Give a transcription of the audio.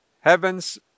Heaven's